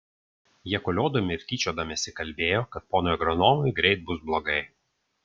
jie koliodami ir tyčiodamiesi kalbėjo kad ponui agronomui greit bus blogai